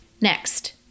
Next